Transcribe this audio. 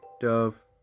Dove